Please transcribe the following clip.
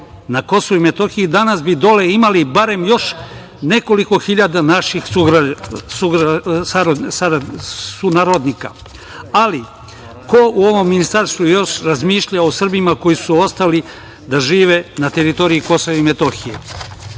na KiM danas bi dole imali barem još nekoliko hiljada naših sunarodnika. Ali, ko u ovom ministarstvu još razmišlja o Srbima koji su ostali da žive na teritoriji KiM? Postojeći